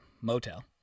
Motel